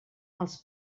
els